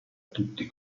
tutti